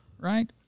right